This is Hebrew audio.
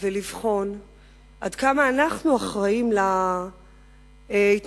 ולבחון עד כמה אנחנו אחראים להתנהלות